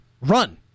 run